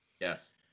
Yes